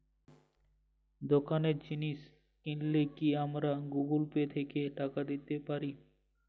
দোকানে জিনিস কিনলে কি আমার গুগল পে থেকে টাকা দিতে পারি?